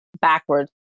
backwards